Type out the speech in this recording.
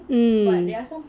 mm